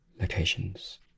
locations